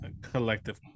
collective